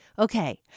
Okay